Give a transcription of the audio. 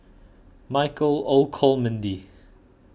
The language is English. Michael Olcomendy